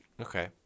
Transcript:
Okay